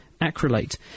acrylate